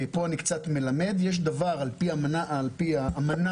כאן אני קצת מלמד ואומר שעל פי האמנה